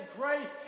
grace